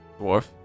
dwarf